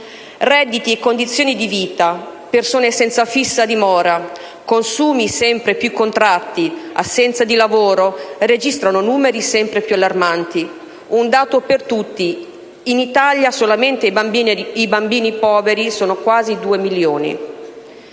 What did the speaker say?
Redditi e condizioni di vita, persone senza fissa dimora, consumi sempre più contratti, assenza di lavoro registrano numeri sempre più allarmanti; un dato per tutti: in Italia solamente i bambini poveri sono quasi 2 milioni.